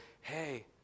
hey